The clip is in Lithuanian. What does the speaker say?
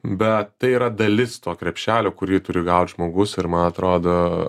bet tai yra dalis to krepšelio kurį turi gaut žmogus ir man atrodo